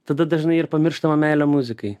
tada dažnai ir pamirštama meilė muzikai